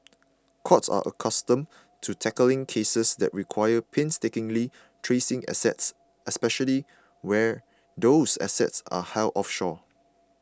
courts are accustomed to tackling cases that require painstakingly tracing assets especially where those assets are held offshore